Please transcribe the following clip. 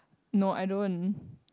no I don't